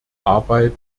arbeit